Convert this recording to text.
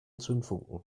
zündfunken